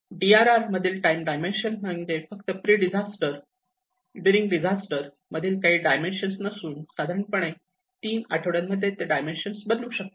D R R मधील time dimension म्हणजे फक्त प्रिडिझास्टर ड्यूरिंग डिझास्टर मधील डायमेन्शन नसून साधारणपणे तीन आठवड्यांमध्ये ते डायमेन्शन बदलू शकतात